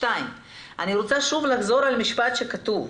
דבר שני, אני רוצה לחזור על המשפט שכתוב: